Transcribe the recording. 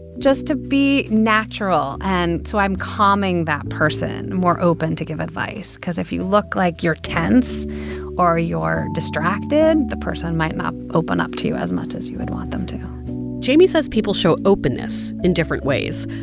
just to be natural and so i'm calming that person, more open to give advice cause if you look like you're tense or ah you're distracted, the person might not open up to you as much as you would want them to jaime says people show openness in different ways.